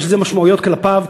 יש לזה משמעויות כלפיו,